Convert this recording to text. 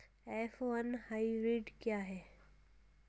F one hybrid क्या है?